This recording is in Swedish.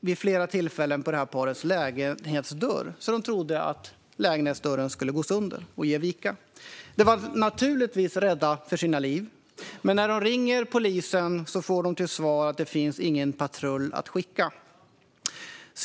vid flera tillfällen på detta pars lägenhetsdörr, och paret trodde att lägenhetsdörren skulle gå sönder och ge vika. De var naturligtvis rädda för sina liv. Men när de ringde till polisen fick de till svar att det inte fanns någon patrull att skicka.